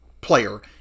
player